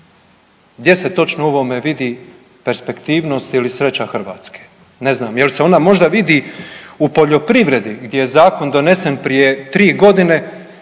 Gdje se točno u ovome vidi perspektivnost ili sreća Hrvatske? Ne znam jel se ona možda vidi u poljoprivredi gdje je zakon donesen prije 3 godine